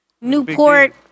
Newport